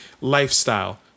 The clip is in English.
lifestyle